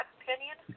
opinion